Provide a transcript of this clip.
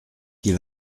qu’il